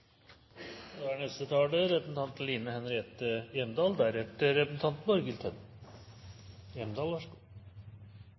Da er neste taler representanten Trine Skei Grande, deretter representanten